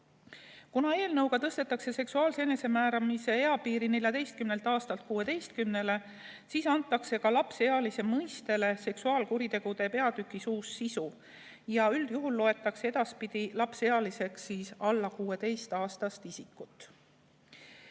Kuna eelnõuga tõstetakse seksuaalse enesemääramise eapiir 14 aastalt 16‑le, siis antakse ka lapseealise mõistele seksuaalkuritegude peatükis uus sisu. Üldjuhul loetakse edaspidi lapseealiseks alla 16‑aastast isikut.